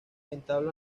entabla